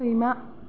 सैमा